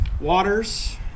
waters